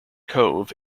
cove